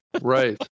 Right